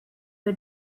the